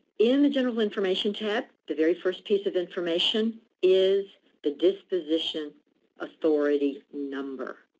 in the general information tab, the very first piece of information is the disposition authority number.